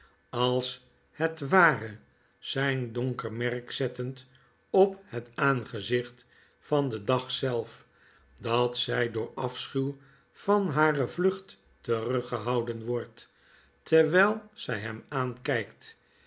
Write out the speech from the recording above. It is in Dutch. als het ware zyn donker merk zettend ophetaangezicht van den dag zelf dat zy door afschuw van hare vlucht teruggehouden wordt terwyl zy hem aankikt